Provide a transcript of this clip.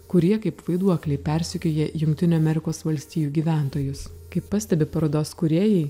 kurie kaip vaiduokliai persekioja jungtinių amerikos valstijų gyventojus kaip pastebi parodos kūrėjai